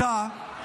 אתה,